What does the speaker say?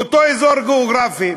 באותו אזור גיאוגרפי.